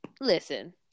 listen